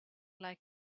like